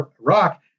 Iraq